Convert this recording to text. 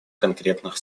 конкретных